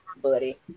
Buddy